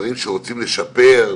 דברים שרוצים לשפר,